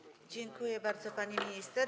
Dziękuję bardzo, pani minister.